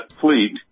fleet